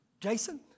Jason